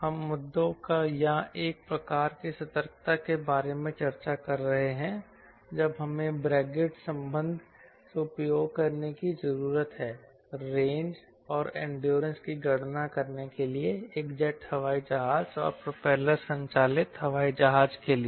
हम मुद्दों या एक प्रकार की सतर्कता के बारे में चर्चा कर रहे हैं जब हमें ब्रेग्जिट संबंध उपयोग करने की जरूरत हैरेंज और एंडोरेंस की गणना करने के लिए एक जेट हवाई जहाज और प्रोपेलर संचालित हवाई जहाज के लिए